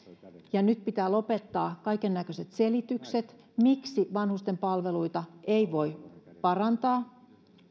ja nyt pitää lopettaa kaikennäköiset selitykset miksi vanhustenpalveluita ei voi parantaa